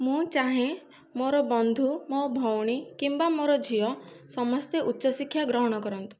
ମୁଁ ଚାହେଁ ମୋର ବନ୍ଧୁ ମୋ ଭଉଣୀ କିମ୍ବା ମୋର ଝିଅ ସମସ୍ତେ ଉଚ୍ଚ ଶିକ୍ଷା ଗ୍ରହଣ କରନ୍ତୁ